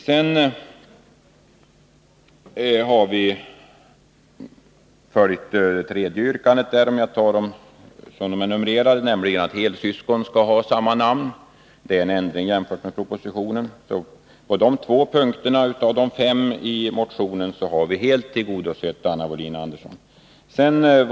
Vi har också tillstyrkt yrkande 3 — jag följer motionens numrering — om att helsyskon skall ha samma efternamn. Det är en ändring jämfört med propositionen. På dessa två punkter av fem i motionen har vi helt tillgodosett Anna Wohlin-Andersson.